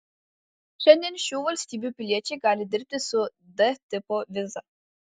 šiandien šių valstybių piliečiai gali dirbti su d tipo viza